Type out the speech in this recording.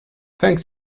thanks